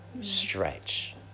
stretch